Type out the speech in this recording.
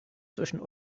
zwischen